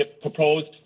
proposed